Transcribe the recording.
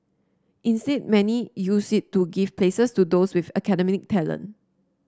instead many use it to give places to those with academic talent